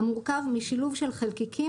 המורכב משילוב של חלקיקים,